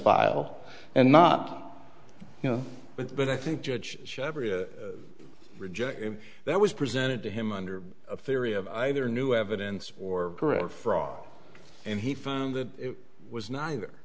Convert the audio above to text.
file and not you know with but i think judge rejected that was presented to him under a ferry of either new evidence or career fraud and he found that it was not either